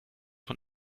von